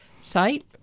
site